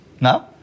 No